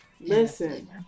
Listen